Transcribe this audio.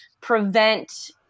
prevent